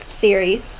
series